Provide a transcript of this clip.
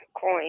coin